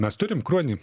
mes turim kruonį